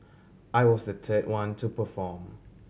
I was the third one to perform